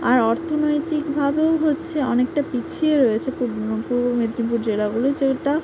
আর অর্থনৈতিকভাবেও হচ্ছে অনেকটা পিছিয়ে রয়েছে পূর্ব পূর্ব মেদিনীপুর জেলাগুলি যেটা